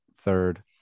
third